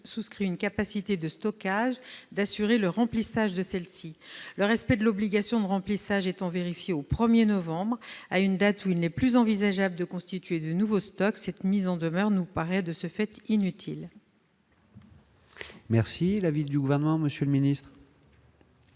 souscrit une capacité de stockage d'assurer le remplissage de celle-ci. Le respect de l'obligation de remplissage étant vérifié au 1 novembre, à une date où il n'est plus envisageable de constituer de nouveaux stocks, cette mise en demeure nous paraît inutile. Quel est l'avis du Gouvernement ? Le respect